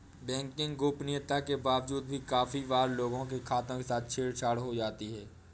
banking गोपनीयता के बावजूद भी काफी बार लोगों के खातों के साथ छेड़ छाड़ हो जाती है